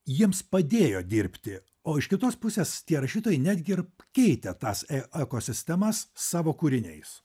jiems padėjo dirbti o iš kitos pusės tie rašytojai netgi ir keitė tas ekosistemas savo kūriniais